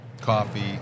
coffee